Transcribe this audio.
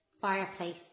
fireplace